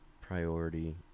priority